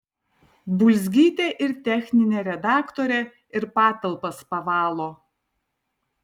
bulzgytė ir techninė redaktorė ir patalpas pavalo